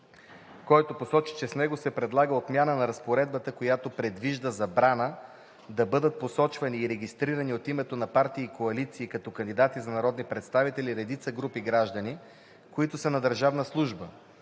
който посочи, че с него се предлага отмяна на разпоредбата, която предвижда забрана да бъдат посочвани и регистрирани от името на партии и коалиции като кандидати за народни представители редица групи граждани, които са на държавна служба